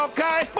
Okay